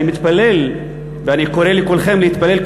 אני מתפלל ואני קורא לכולכם להתפלל,